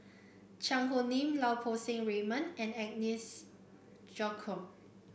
Cheang Hong Lim Lau Poo Seng Raymond and Agnes Joaquim